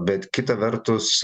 bet kita vertus